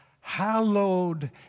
hallowed